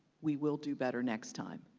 we will do better next time.